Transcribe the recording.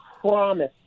promise